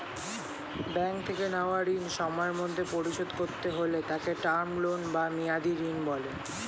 bank থেকে নেওয়া ঋণ সময়ের মধ্যে পরিশোধ করতে হলে তাকে টার্ম লোন বা মেয়াদী ঋণ বলে